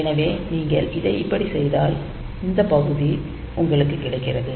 எனவே நீங்கள் இதை இப்படிச் செய்தால் இந்த பகுதி உங்களுக்கு கிடைத்தது